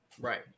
Right